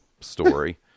story